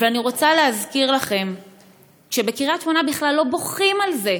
אבל אני רוצה להזכיר לכם שבקריית שמונה בכלל לא בוכים על זה,